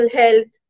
health